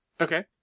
Okay